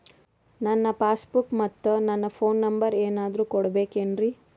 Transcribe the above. ನನ್ನ passbook ಮತ್ ನನ್ನ ಫೋನ್ ನಂಬರ್ ಏನಾದ್ರು ಕೊಡಬೇಕೆನ್ರಿ?